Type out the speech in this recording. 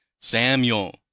Samuel